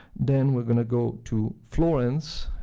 then we're gonna go to florence,